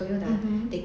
mmhmm